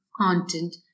content